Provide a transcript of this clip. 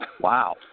Wow